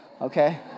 okay